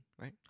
right